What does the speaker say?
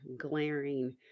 glaring